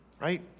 right